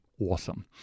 awesome